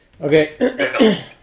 Okay